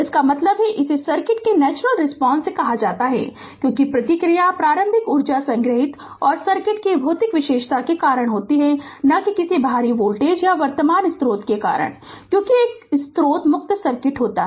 इसका मतलब है कि इसे सर्किट की नेचुरल रिस्पांस कहा जाता है क्योंकि प्रतिक्रिया प्रारंभिक ऊर्जा संग्रहीत और सर्किट की भौतिक विशेषता के कारण होती है न कि किसी बाहरी वोल्टेज या वर्तमान स्रोत के कारण क्योंकि एक स्रोत मुक्त सर्किट होता है